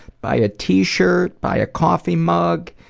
buy a t-shirt, buy a coffee mug,